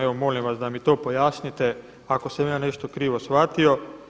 Evo molim vas da mi to pojasnite ako sam ja nešto krivo shvatio.